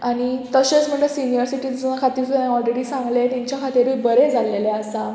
आनी तशेंच म्हणटा सिनियर सिटीजना खातीर सुद्दां ऑलरेडी सांगलें तांच्या खातिरूय बरें जाल्लेलें आसा